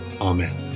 Amen